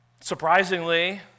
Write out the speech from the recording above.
surprisingly